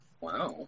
Wow